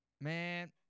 Man